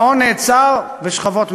ההון נעצר בשכבות מסוימות.